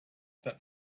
that